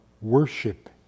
worship